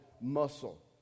muscle